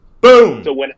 Boom